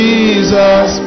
Jesus